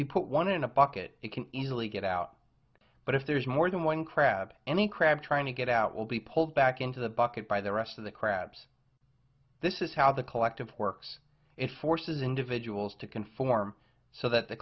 you put one in a bucket it can easily get out but if there is more than one crab and the crab trying to get out will be pulled back into the bucket by the rest of the crabs this is how the collective works it forces individuals to conform so that the